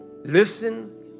Listen